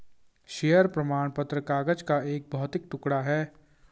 share प्रमाण पत्र कागज का एक भौतिक टुकड़ा है